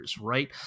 right